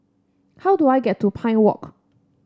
how do I get to Pine Walk